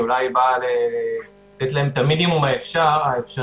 היא אולי באה לתת להם את המינימום האפשרי,